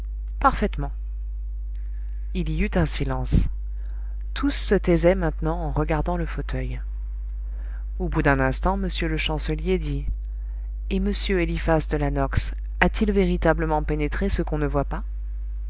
parfaitement il y eut un silence tous se taisaient maintenant en regardant le fauteuil au bout d'un instant m le chancelier dit et m eliphas de la nox a-t-il véritablement pénétré ce qu'on ne voit pas